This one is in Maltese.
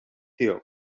tiegħu